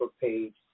page